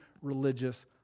religious